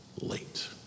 late